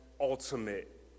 ultimate